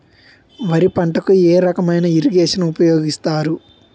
వరి పంటకు ఏ రకమైన ఇరగేషన్ ఉపయోగిస్తారు?